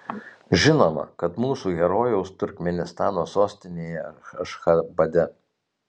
žinoma kad mūsų herojaus turkmėnistano sostinėje ašchabade